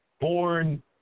born